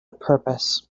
purpose